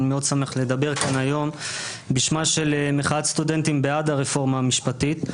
אני מאוד שמח לדבר כאן היום בשמה של מחאת סטודנטים בעד הרפורמה המשפטית.